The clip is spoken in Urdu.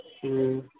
ہوں